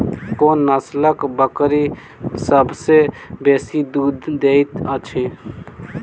कोन नसलक बकरी सबसँ बेसी दूध देइत अछि?